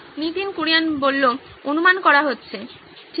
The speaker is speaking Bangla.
নীতিন কুরিয়ান অনুমান করা হচ্ছে ঠিক